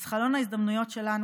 אז חלון ההזדמנויות שלנו,